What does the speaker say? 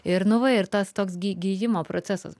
ir nu va ir tas toks gi gijimo procesas